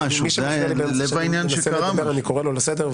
מי שמפריע לי באמצע דבריי אני קורא לו לסדר.